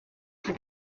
die